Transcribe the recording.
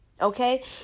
Okay